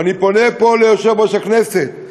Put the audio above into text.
ואני פונה ליושב-ראש הכנסת,